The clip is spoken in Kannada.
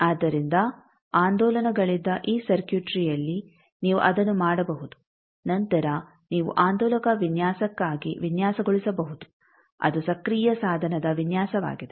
ಆದ್ದರಿಂದ ಆಂದೋಲನಗಳಿದ್ದ ಈ ಸರ್ಕ್ಯೂಟ್ರಿಯಲ್ಲಿ ನೀವು ಅದನ್ನು ಮಾಡಬಹುದು ನಂತರ ನೀವು ಆಂದೋಲಕ ವಿನ್ಯಾಸಕ್ಕಾಗಿ ವಿನ್ಯಾಸಗೊಳಿಸಬಹುದು ಅದು ಸಕ್ರಿಯ ಸಾಧನದ ವಿನ್ಯಾಸವಾಗಿದೆ